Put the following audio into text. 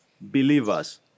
believers